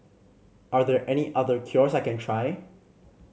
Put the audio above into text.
are there any other cures I can try